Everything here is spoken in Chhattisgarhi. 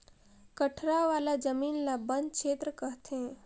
कठरा वाला जमीन ल बन छेत्र कहथें